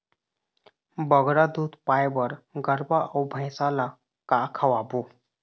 बगरा दूध पाए बर गरवा अऊ भैंसा ला का खवाबो?